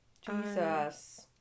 Jesus